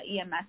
EMS